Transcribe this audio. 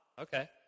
Okay